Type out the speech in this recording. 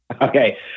Okay